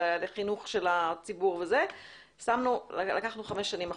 על חינוך הציבור לקחנו חמש שנים אחורה.